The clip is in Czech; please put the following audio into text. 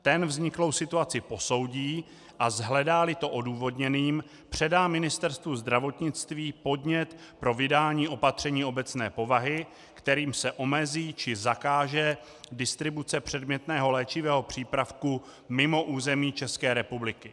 Ten vzniklou situaci posoudí, a shledáli to odůvodněným, předá Ministerstvu zdravotnictví podnět pro vydání opatření obecné povahy, kterým se omezí či zakáže distribuce předmětného léčivého přípravku mimo území České republiky.